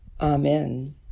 Amen